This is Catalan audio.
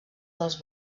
dels